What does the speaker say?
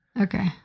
Okay